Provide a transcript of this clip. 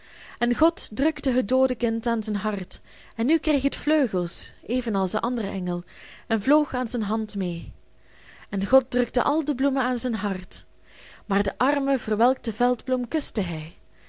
en god drukte het doode kind aan zijn hart en nu kreeg het vleugels evenals de andere engel en vloog aan zijn hand mee en god drukte al de bloemen aan zijn hart maar de arme verwelkte veldbloem kuste hij